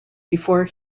before